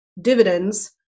dividends